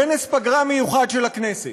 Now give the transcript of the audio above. כנס פגרה מיוחד של הכנסת.